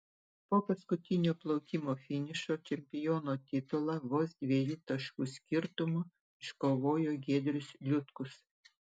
po paskutinio plaukimo finišo čempiono titulą vos dviejų taškų skirtumu iškovojo giedrius liutkus